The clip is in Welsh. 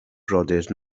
brodyr